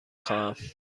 خواهم